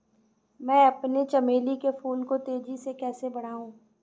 मैं अपने चमेली के फूल को तेजी से कैसे बढाऊं?